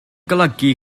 golygu